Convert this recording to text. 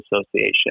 association